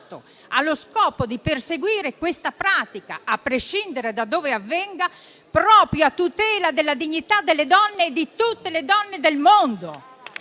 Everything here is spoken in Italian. ha lo scopo di perseguire tale pratica, a prescindere da dove avvenga, proprio a tutela della dignità di tutte le donne del mondo.